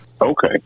Okay